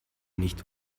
nicht